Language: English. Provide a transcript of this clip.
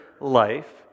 life